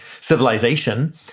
civilization